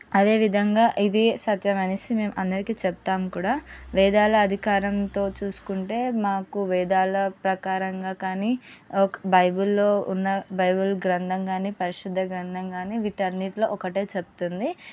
అదేవిధంగా ఇదే సత్యం అనేసి మేము అందరికి చెప్తాము కూడా వేదాల అధికారంతో చూసుకుంటే మాకు వేదాల ప్రకారంగా కానీ ఒక బైబిల్లో ఉన్న బైబిల్ గ్రంథం కానీ పరిశుద్ధ గ్రంథం కానీ వీటన్నింటిలో ఒకటే చెప్తుంది